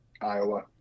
Iowa